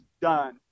done